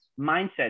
mindset